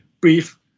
brief